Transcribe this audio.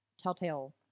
telltale